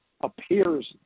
appears